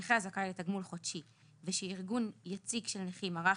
נכה הזכאי לתגמול חודשי ושארגון יציג של נכים ערך